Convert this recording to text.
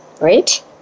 Right